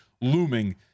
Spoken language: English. looming